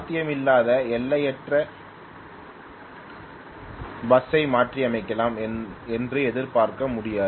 சாத்தியமில்லாத எல்லையற்ற பஸ் ஸை மாற்றி அமைக்கலாம் என்று எதிர்பார்க்க முடியாது